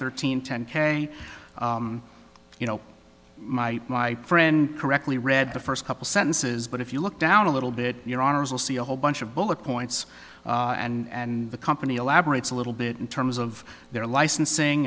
thirteen ten k you know my my friend correctly read the first couple sentences but if you look down a little bit your honour's will see a whole bunch of bullet points and the company elaborates a little bit in terms of their licensing